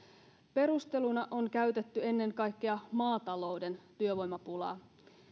perusteluna on käytetty ennen kaikkea maatalouden työvoimapulaa